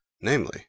namely